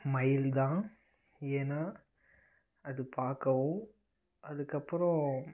மயில்தான் ஏன்னா அது பார்க்கவும் அதுக்கப்புறம்